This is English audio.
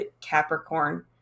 Capricorn